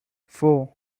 four